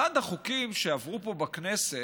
אחד החוקים שעברו פה בכנסת,